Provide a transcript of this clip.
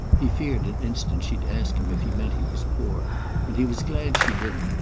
he feared an instant she'd ask him if he meant he was poor and he was glad she didn't,